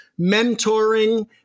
mentoring